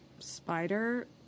Spider